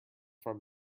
from